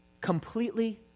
completely